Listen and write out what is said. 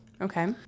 Okay